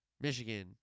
Michigan